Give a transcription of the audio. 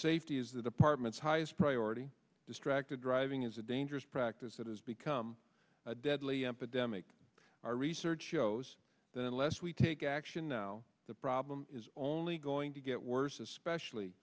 safety is the department's highest priority distracted driving is a dangerous practice that has become a deadly epidemic our research shows that unless we take action now the problem is only going to get worse especially